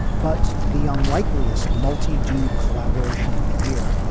but the unlikeliest multi dude collaboration of the year,